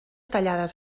tallades